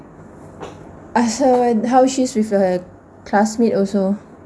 I saw how she's with her classmate also